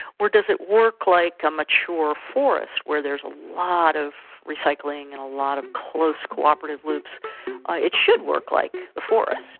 or does it work like a mature forest where there's a lot of recycling and a lot of close cooperative loops it should work like a forest.